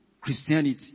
Christianity